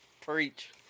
Preach